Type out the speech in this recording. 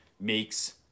makes